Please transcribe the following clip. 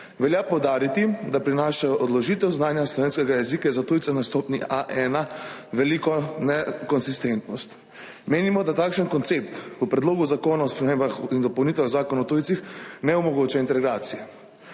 velja poudariti, da prinaša odložitev znanja slovenskega jezika za tujce na stopnji A1 veliko nekonsistentnost. Menimo, da takšen koncept v Predlogu zakona o spremembah in dopolnitvah Zakona o tujcih ne omogoča integracije.